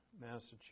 Massachusetts